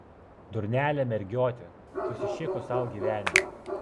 durnelė mergiotė susišiko sau gyvenimą